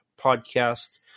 Podcast